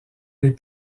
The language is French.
des